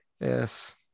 yes